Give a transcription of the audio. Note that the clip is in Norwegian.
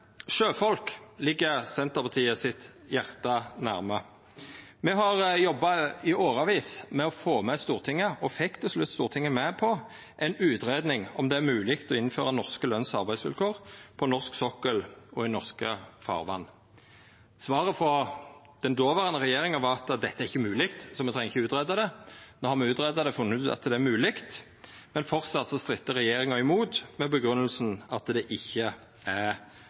Sjøfolk ligg Senterpartiets hjarte nært. Me har jobba i årevis med å få med Stortinget – og fekk det til til slutt – på å greia ut om det er mogleg å innføra norske løns- og arbeidsvilkår på norsk sokkel og i norske farvatn. Svaret frå den dåverande regjeringa var at dette ikkje er mogleg, så me treng ikkje å greia det ut. No har me greidd det ut og funne ut at det er mogleg, men framleis strittar regjeringa imot med grunngjevinga at det ikkje er